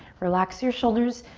relax your shoulders.